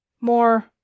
more